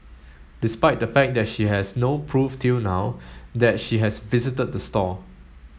despite the fact that she has no proof till now that she has visited the store